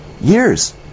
years